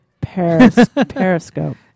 Periscope